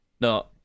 no